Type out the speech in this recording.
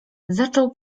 zaczął